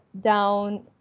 down